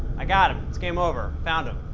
i got him. it's game over, found him.